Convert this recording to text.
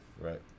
Right